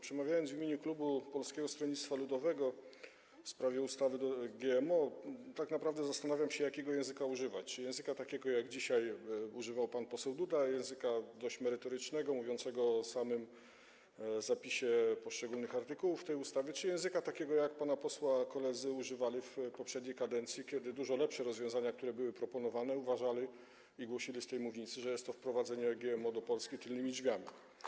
Przemawiając w imieniu klubu Polskiego Stronnictwa Ludowego w sprawie ustawy o GMO, tak naprawdę zastanawiam się, jakiego języka używać - czy języka takiego, jakiego dzisiaj używał pan poseł Duda, języka dość merytorycznego, mówiącego o samym zapisie poszczególnych artykułów tej ustawy, czy języka takiego, jakiego koledzy pana posła używali w poprzedniej kadencji, kiedy w odniesieniu do dużo lepszych rozwiązań, które były proponowane, uważali i głosili z tej mównicy, że jest to wprowadzenie GMO do Polski tylnymi drzwiami.